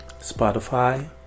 Spotify